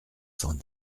cent